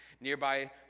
Nearby